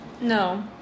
No